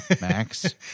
Max